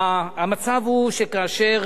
המצב הוא שכאשר